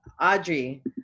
Audrey